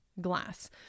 glass